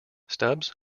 stubbs